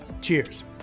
Cheers